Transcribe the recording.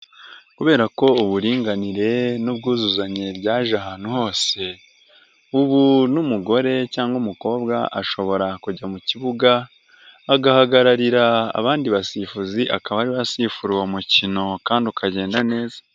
Kubera ko uburinganire n'ubwuzuzanye byaje ahantu hose, ubu n'umugore cyangwa umukobwa ashobora kujya mu kibuga agahagararira abandi basifuzi akaba ariwe asifura uwo mukino kandi ukagenda neza.